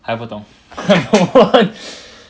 还不懂